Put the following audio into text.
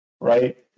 right